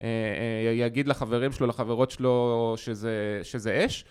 יגיד לחברים שלו לחברות שלו שזה שזה אש